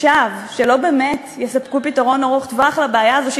שווא שלא באמת יספקו פתרון ארוך-טווח לבעיה הזאת,